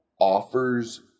Offers